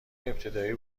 ابتدایی